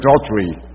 adultery